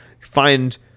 find